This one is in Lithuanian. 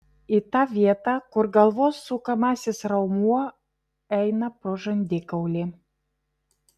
į tą vietą kur galvos sukamasis raumuo eina pro žandikaulį